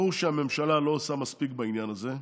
ברור שהממשלה לא עושה מספיק בעניין הזה.